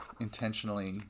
intentionally